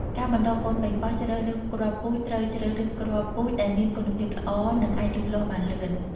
ការបណ្ដុះកូនប៉េងប៉ោះជ្រើសរើសគ្រាប់ពូជ ត្រូវជ្រើសរើសគ្រាប់ពូជដែលមានគុណភាពល្អ និងអាចលូតលាស់បានលឿន។